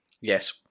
Yes